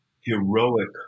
heroic